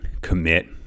commit